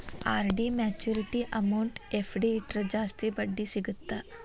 RD maturity amount FD ಇಟ್ರ ಜಾಸ್ತಿ ಬಡ್ಡಿ ಸಿಗತ್ತಾ